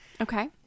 Okay